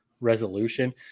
resolution